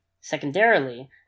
Secondarily